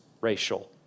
racial